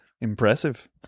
Impressive